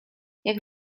jak